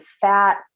fat